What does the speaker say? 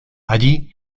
allí